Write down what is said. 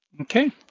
Okay